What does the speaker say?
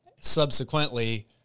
subsequently